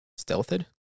Stealthed